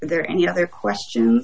there any other questions